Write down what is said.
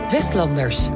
Westlanders